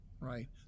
right